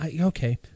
Okay